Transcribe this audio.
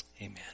Amen